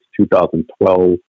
2012